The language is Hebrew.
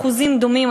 באחוזים דומים,